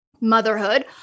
motherhood